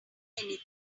anything